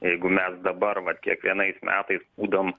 jeigu mes dabar vat kiekvienais metais pūdom